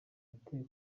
ate